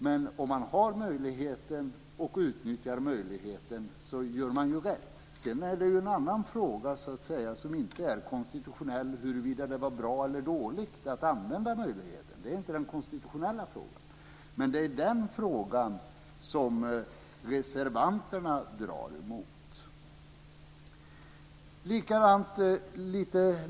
Men om man har möjligheten, och utnyttjar möjligheten, gör man rätt. Sedan är det en annan fråga, som inte är konstitutionell, huruvida det var bra eller dåligt att använda möjligheten. Det är inte den konstitutionella frågan. Men reservanterna drar mot den frågan.